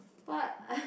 what